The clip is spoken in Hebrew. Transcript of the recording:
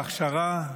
ההכשרה,